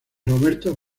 roberto